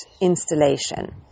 installation